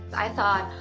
i thought,